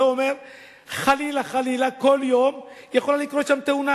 זה אומר שחלילה כל יום יכולה לקרות שם תאונה